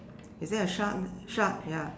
is there a shark shark ya